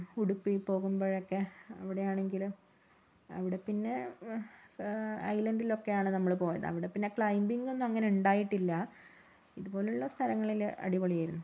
ഉഡുപ്പി പോകുമ്പോഴെക്കെ അവിടെ ആണെങ്കിലും അവിടെ പിന്നെ ഐലൻഡിലും ഒക്കെ ആണ് നമ്മള് പോയത് അവിടെ പിന്നെ ക്ലൈംബിംഗ് ഒന്നും അങ്ങനെ ഉണ്ടായിട്ടില്ല ഇതുപോലുള്ള സ്ഥലങ്ങളിൽ അടിപൊളിയായിരുന്നു